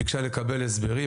ביקשה לקבל הסברים,